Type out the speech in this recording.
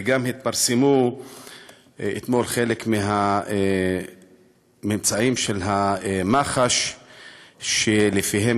התפרסמו אתמול חלק מהממצאים של מח"ש שלפיהם